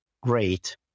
Great